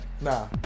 Nah